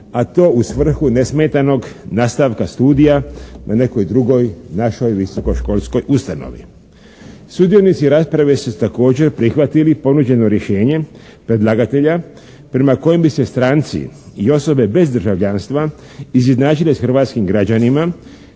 a to u svrhu nesmetanog nastavka studija na nekoj drugoj našoj visokoškolskoj ustanovi. Sudionici rasprave su također prihvatili ponuđeno rješenje predlagatelja prema kojem bi se stranci i osobe bez državljanstva izjednačili s hrvatskim građanima